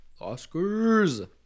Oscars